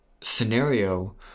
scenario